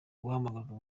guhamagarwa